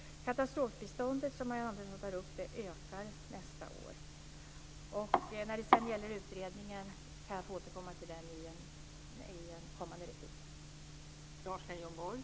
Katastrofbiståndet, som Marianne Andersson tar upp, ökar nästa år. Utredningen får jag återkomma till i en kommande replik.